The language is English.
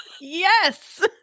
Yes